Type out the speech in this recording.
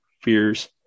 fears